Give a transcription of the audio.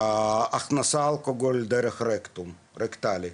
הכנסת אלכוהול דרך הרקטום, רקטלי,